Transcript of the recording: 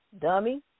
dummy